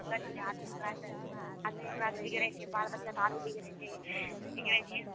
सच छै आदमी ओकरासँ आदमी ओकरासँ बिगड़ै छै बाल बच्चा तऽ आरो बिगड़ै छै बिगड़ै छै